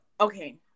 Okay